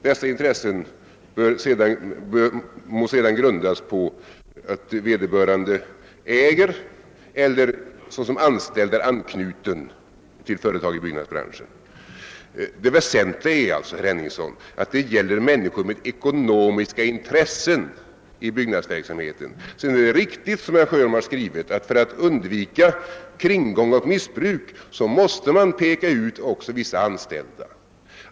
Dessa intressen må sedan grundas på att vederbörande äger eller såsom anställd är anknuten till företag i byggnadsbranschen.» Det väsentliga är alltså, herr Henningsson, att det gäller människor med ekonomiska intressen i byggnadsverksamheten. Sedan är det riktigt som herr Sjöholm skrivit, att man för att undvika kringgång och missbruk måste peka ut också vissa anställda.